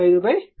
250